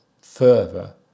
further